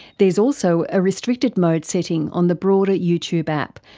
there's also a restricted mode setting on the broader youtube app,